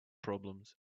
problems